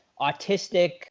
autistic